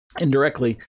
indirectly